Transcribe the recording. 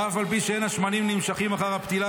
ואף על פי שאין השמנים נמשכין אחר הפתילה